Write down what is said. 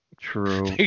true